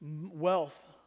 wealth